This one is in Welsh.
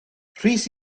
rhys